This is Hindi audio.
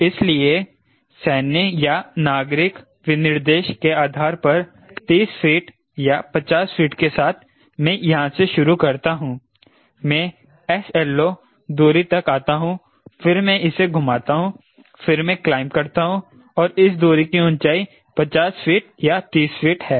इसलिए सैन्य या नागरिक विनिर्देश के आधार पर 30 फीट या 50 फीट के साथ मैं यहां से शुरू करता हूं मैं 𝑉LO दूरी तक आता हूं फिर मैं इसे घुमाता हूं फिर मैं क्लाइंब करता हूं और इस दूरी की ऊंचाई 50 फीट या 30 फीट है